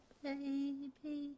baby